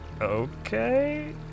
Okay